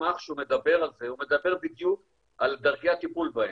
המסמך שמדבר על זה מדבר בדיוק על דרכי הטיפול בהם,